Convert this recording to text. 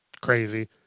crazy